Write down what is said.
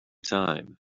time